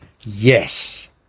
Yes